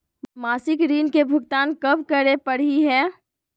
मासिक ऋण के भुगतान कब करै परही हे?